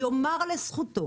יאמר לזכותו